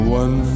one